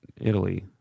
italy